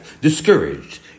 discouraged